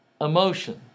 emotion